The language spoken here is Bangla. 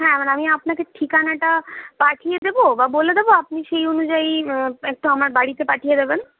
হ্যাঁ মানে আমি আপনাকে ঠিকানাটা পাঠিয়ে দেব বা বলে দেব আপনি সেই অনুযায়ী একটু আমার বাড়িতে পাঠিয়ে দেবেন